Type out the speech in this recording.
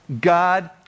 God